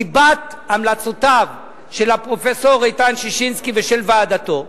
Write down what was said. ליבת ההמלצות של הפרופסור איתן ששינסקי ושל ועדתו,